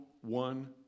one